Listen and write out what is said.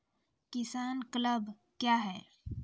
किसान क्लब क्या हैं?